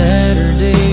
Saturday